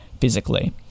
physically